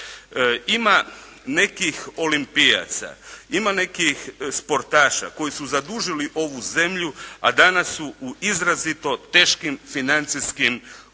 Ima nekih olimpijaca, ima nekih sportaša koji su zadužili ovu zemlju, a danas su u izrazito teškim financijskim uvjetima